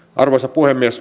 arvoisa puhemies